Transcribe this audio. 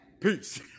Peace